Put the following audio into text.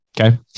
okay